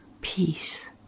peace